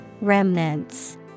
Remnants